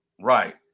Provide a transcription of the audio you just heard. right